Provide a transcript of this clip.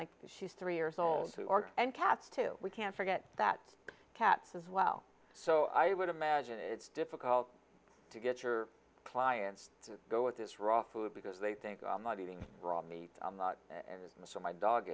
like she's three years old who orders and cats too we can't forget that cats as well so i would imagine it's difficult to get your clients to go with this raw food because they think i'm not eating raw meat so my dog